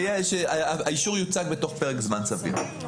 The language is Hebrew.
שייאמר שהאישור יוצג בתוך פרק זמן סביר.